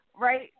right